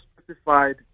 specified